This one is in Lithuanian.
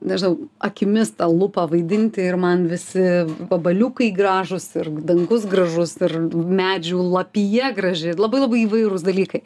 nežinau akimis tą lupą vaidinti ir man visi vabaliukai gražūs ir dangus gražus ir medžių lapija graži labai labai įvairūs dalykai